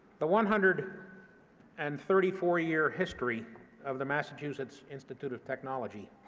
the one hundred and thirty four year history of the massachusetts institute of technology